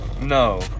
No